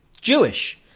Jewish